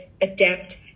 adapt